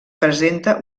presenta